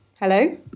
hello